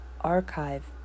Archive